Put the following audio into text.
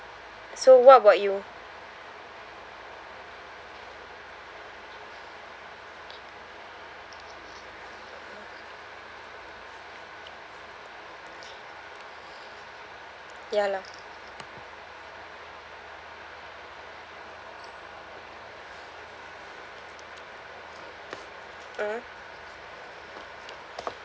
so what about you ya lah mmhmm